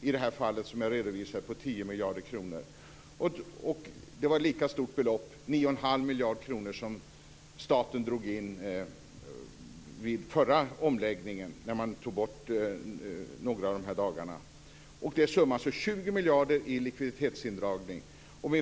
I det fall som jag redovisade blev det 10 miljarder kronor. Det var ett lika stort belopp - 9 1⁄2 miljarder kronor - som staten drog in vid förra omläggningen, när man tog bort några av dagarna. Det är summa 20 miljarder i likviditetsindragning.